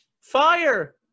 Fire